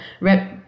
rep